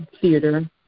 theater